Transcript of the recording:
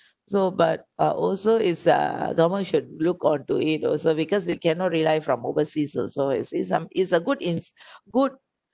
so but uh also it's uh government should look on to it also because we cannot rely from overseas also you see some it's a good in~ good